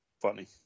funny